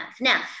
Now